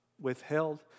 withheld